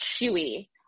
chewy